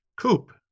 coupe